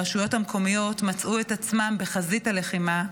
הרשויות המקומיות מצאו את עצמן בחזית הלחימה,